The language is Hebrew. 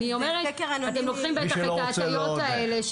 אתם בטח לוקחים את ההטיות האלה,